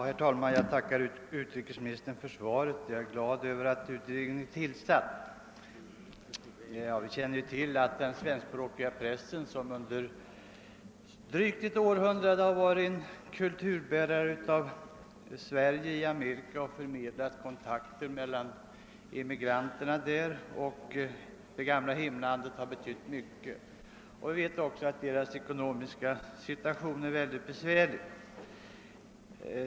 Herr talman! Jag tackar utrikesministern för svaret. Jag är glad över att utredningen tillsatts. Vi känner till att den svenskspråkiga pressen i Nordamerika, som under drygt ett århundrade varit bärare av svensk kultur där och förmedlat kontakter mellan emigranterna och det gamla hem landet, har betytt mycket. Vi vet också att dessa tidningars ekonomiska situation är mycket besvärlig.